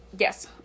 Yes